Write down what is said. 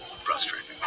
frustrating